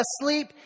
asleep